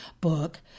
book